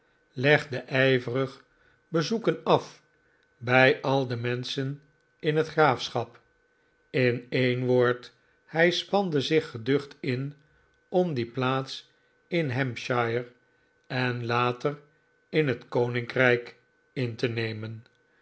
legde ijverig bezoeken af bij al de menschen in het graafschap in een woord hij spande zich geducht in om die plaats in hampshire en later in het koninkrijk in te nemen